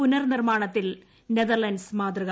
പുനർനിർമാണത്തിൽ Netherlands മാതൃക